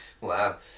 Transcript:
Wow